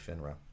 FINRA